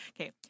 Okay